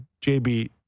JB